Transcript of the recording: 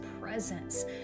presence